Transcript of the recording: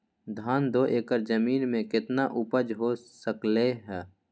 धान दो एकर जमीन में कितना उपज हो सकलेय ह?